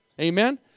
Amen